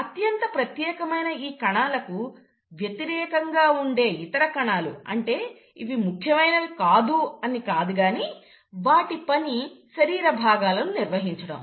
అత్యంత ప్రత్యేకమైన ఈ కణాలకు వ్యతిరేకంగా ఉండే ఇతర కణాలు అంటే ఇవి ముఖ్యమైనవి కావు అని కాదు కానీ వాటి పని శరీర భాగాలను నిర్వహించడం